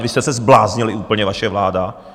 Vy jste se zbláznili úplně, vaše vláda!